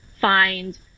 find